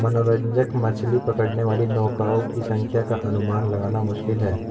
मनोरंजक मछली पकड़ने वाली नौकाओं की संख्या का अनुमान लगाना मुश्किल है